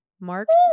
marks